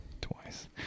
Twice